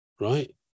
right